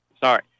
Sorry